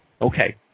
okay